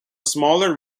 smaller